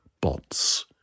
bots